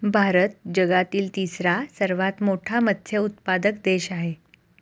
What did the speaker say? भारत जगातील तिसरा सर्वात मोठा मत्स्य उत्पादक देश आहे